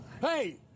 Hey